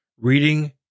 reading